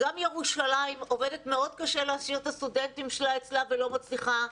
גם ירושלים עובדת מאוד קשה להשאיר את הסטודנטים ולא מצליחה,